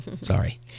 Sorry